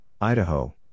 Idaho